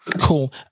Cool